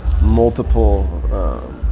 multiple